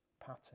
pattern